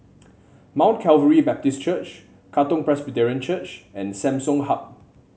Mount Calvary Baptist Church Katong Presbyterian Church and Samsung Hub